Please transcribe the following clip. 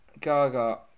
Gaga